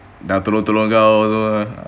dah tolong tolong kau